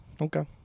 okay